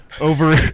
over